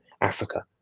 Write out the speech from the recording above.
Africa